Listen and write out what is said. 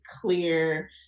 clear